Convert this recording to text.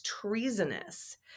treasonous